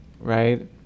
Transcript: right